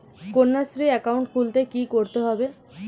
Kanyashree account খুলতে কী করতে হবে?